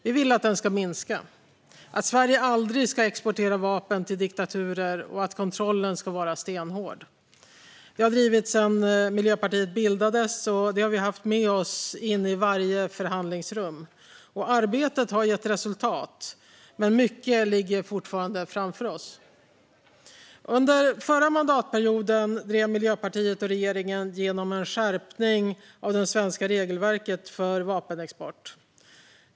Vi vill att den ska minska, att Sverige aldrig ska exportera vapen till diktaturer och att kontrollen ska vara stenhård. Detta har vi drivit sedan Miljöpartiet bildades, och det har vi haft med oss in i varje förhandlingsrum. Arbetet har gett resultat, men mycket ligger fortfarande framför oss. Under den förra mandatperioden drev Miljöpartiet och regeringen igenom en skärpning av det svenska regelverket för vapenexport.